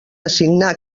assignar